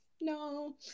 no